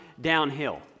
downhill